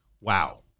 wow